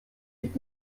gib